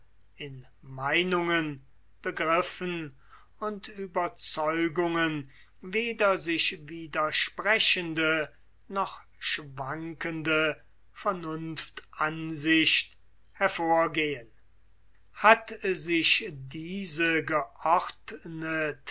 in meinungen begriffen und ueberzeugungen weder sich widersprechende noch schwankende vernunftansicht hervorgehen hat sich diese